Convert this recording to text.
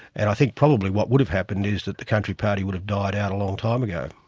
and i think probably what would have happened is that the country party would have died out a long time ago.